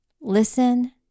listen